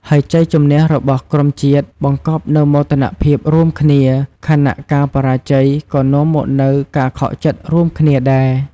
ហើយជ័យជម្នះរបស់ក្រុមជាតិ បង្កប់នូវមោទនភាពរួមគ្នា ខណៈការបរាជ័យក៏នាំមកនូវការខកចិត្តរួមគ្នាដែរ។